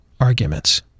arguments